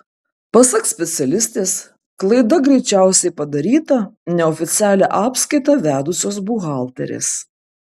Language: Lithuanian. pasak specialistės klaida greičiausiai padaryta neoficialią apskaitą vedusios buhalterės